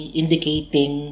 indicating